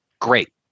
Great